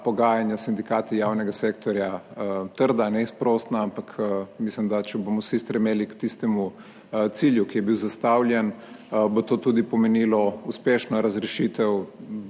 pogajanja s sindikati javnega sektorja trda, neizprosna, ampak mislim, da če bomo vsi stremeli k tistemu cilju, ki je bil zastavljen, bo to tudi pomenilo uspešno razrešitev